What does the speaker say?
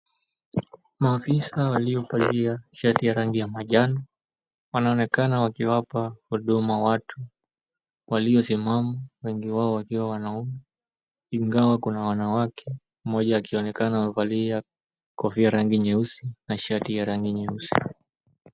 Maafisa waliovalia shati ya rangi ya manjano wanaonekana wakiwapa huduma watu waliosimama. Wengi wao wakiwa wanaume, ingawa kuna wanawake, mmoja akionekana amevalia kofia ya rangi nyeusi na shati ya rangi nyeusi.